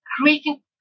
creating